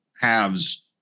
halves